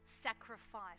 sacrifice